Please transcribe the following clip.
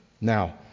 Now